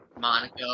Monaco